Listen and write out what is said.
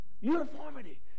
uniformity